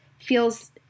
feels